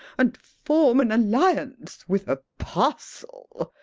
and form an alliance with a parcel?